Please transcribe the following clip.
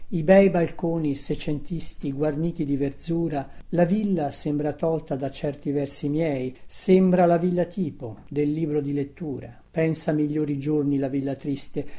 i bei balconi secentisti guarniti di verzura la villa sembra tolta da certi versi miei sembra la villa tipo del libro di lettura pensa migliori giorni la villa triste